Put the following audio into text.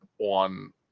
on